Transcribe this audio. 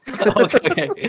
Okay